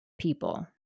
people